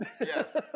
Yes